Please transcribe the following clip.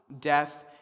death